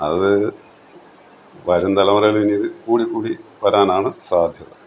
അത് വരും തലമുറയിൽ ഇനി ഇത് കൂടിക്കൂടി വരാനാണ് സാധ്യത